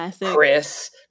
Chris